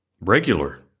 regular